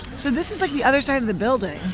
so this is, like, the other side of the building.